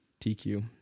TQ